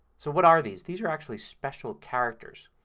so what are these? these are actually special characters.